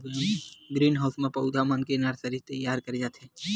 green house म पउधा मन के नरसरी तइयार करे जाथे